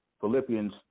Philippians